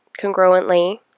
congruently